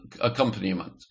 accompaniment